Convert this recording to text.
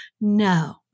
No